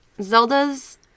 Zelda's